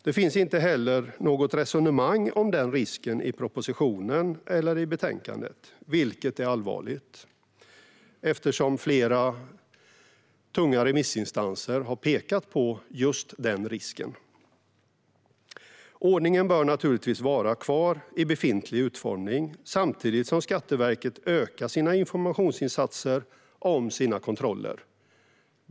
Det finns inte heller något resonemang om denna risk i propositionen eller i betänkandet, vilket är allvarligt, eftersom flera tunga remissinstanser har pekat på just denna risk. Ordningen bör naturligtvis vara kvar i befintlig utformning, samtidigt som Skatteverket ökar sina informationsinsatser om sina kontroller.